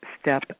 step